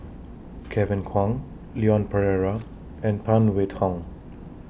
Kevin Kwan Leon Perera and Phan Wait Hong